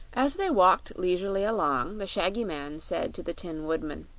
as they walked leisurely along the shaggy man said to the tin woodman